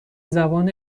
زبان